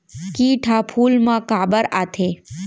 किट ह फूल मा काबर आथे?